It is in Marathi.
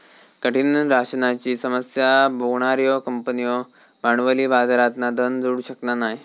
कठीण राशनाची समस्या भोगणार्यो कंपन्यो भांडवली बाजारातना धन जोडू शकना नाय